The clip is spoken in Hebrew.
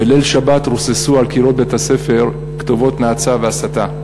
בליל שבת רוססו על קירות בית-הספר כתובות נאצה והסתה.